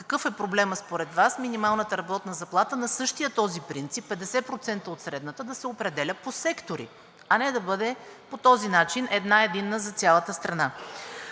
какъв е проблемът според Вас минималната работна заплата на същия този принцип – 50% от средната, да се определя по сектори, а не да бъде по този начин една единна за цялата страна?